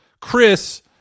Chris